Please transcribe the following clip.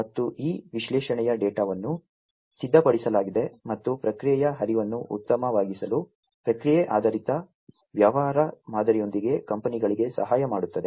ಮತ್ತು ಈ ವಿಶ್ಲೇಷಣೆಯ ಡೇಟಾವನ್ನು ಸಿದ್ಧಪಡಿಸಲಾಗಿದೆ ಮತ್ತು ಪ್ರಕ್ರಿಯೆಯ ಹರಿವನ್ನು ಅತ್ಯುತ್ತಮವಾಗಿಸಲು ಪ್ರಕ್ರಿಯೆ ಆಧಾರಿತ ವ್ಯವಹಾರ ಮಾದರಿಯೊಂದಿಗೆ ಕಂಪನಿಗಳಿಗೆ ಸಹಾಯ ಮಾಡುತ್ತದೆ